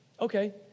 Okay